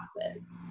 classes